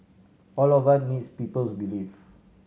all of us needs people's belief